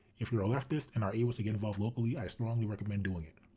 if you're a leftist and are able to get involved locally, i strongly recommend doing it!